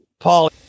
Paul